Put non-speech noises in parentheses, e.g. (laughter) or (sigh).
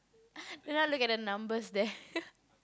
do not look at the numbers there (laughs)